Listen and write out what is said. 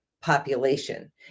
population